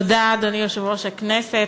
אדוני יושב-ראש הכנסת,